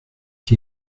qui